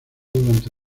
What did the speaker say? durante